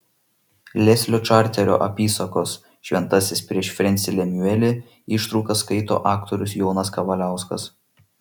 leslio čarterio apysakos šventasis prieš frensį lemiuelį ištraukas skaito aktorius jonas kavaliauskas